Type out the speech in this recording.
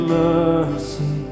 mercy